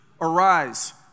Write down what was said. Arise